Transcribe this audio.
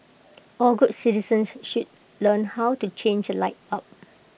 all good citizens should learn how to change A light bulb